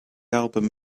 album